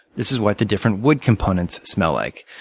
this is what the different wood components smell like.